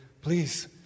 Please